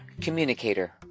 communicator